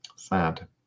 sad